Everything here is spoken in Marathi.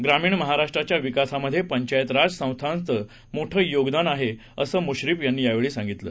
ग्रामीण महाराष्ट्राच्या विकासामध्ये पंचायत राज संस्थांचे मोठं योगदान आहे असं मुश्रीफ यांनी यावेळी सांगितलं